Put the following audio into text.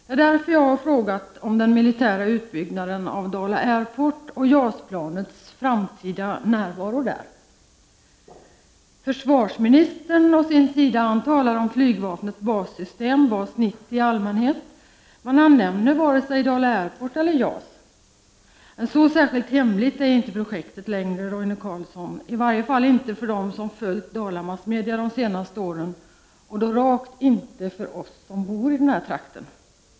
Det är därför jag har frågat om den militära utbyggnaden av Dala Airport och JAS-planets framtida närvaro där. Försvarsministern å sin sida talar om flygvapnets bassystem, Bas-90, i allmänhet men nämner varken Dala Airport eller JAS. Så särskilt hemligt är inte projektet längre, Roine Carlsson, i varje fall inte för dem som följt Dalamassmedia de senaste åren och rakt inte för oss som bor i trakten!